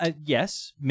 yes